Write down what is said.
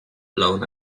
blown